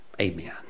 Amen